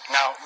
Now